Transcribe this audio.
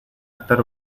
estar